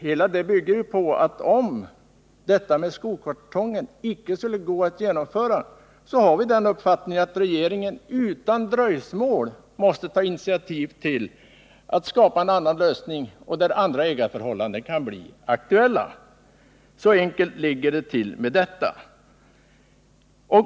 Hela resonemanget bygger ju på att om detta med Skokartongen icke skulle kunna genomföras, så måste regeringen enligt vår uppfattning ta initiativ till att skapa en annan lösning, där andra ägarförhållanden kan bli aktuella. Så enkelt ligger det till med detta.